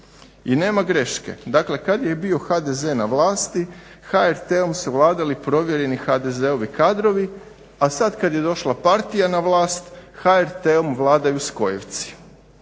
i nema greške. Dakle kada je bio HDZ na vlasti HRT-om su vladali provjereni HDZ-ovi kadrovi, a sada kada je došla partija na vlast HRT-om vladaju skojevci.